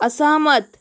असहमत